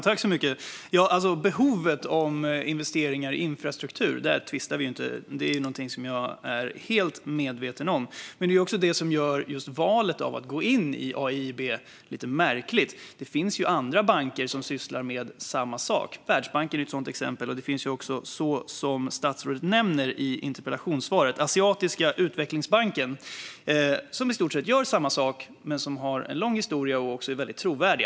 Fru talman! Behovet av investeringar i infrastruktur är jag helt medveten om. Men det är också det som gör valet att gå in i AIIB lite märkligt. Det finns ju andra banker som sysslar med samma sak. Världsbanken är en sådan, och som statsrådet nämnde i interpellationssvaret finns Asiatiska utvecklingsbanken, som i stort sett göra samma sak men som har en lång historia och är mycket trovärdig.